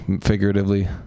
figuratively